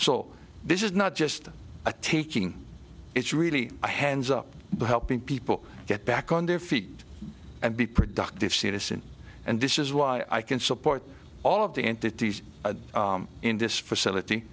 so this is not just a taking it's really a hands up helping people get back on their feet and be productive citizen and this is why i can support all of the entities in this facility